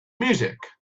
music